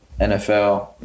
NFL